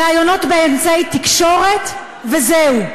ראיונות באמצעי תקשורת, וזהו.